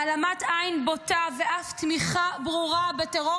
העלמת עין בוטה ואף תמיכה ברורה בטרור